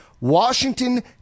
Washington